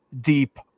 deep